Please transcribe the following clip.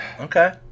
Okay